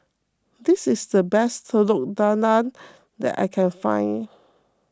this is the best Telur Dadah that I can find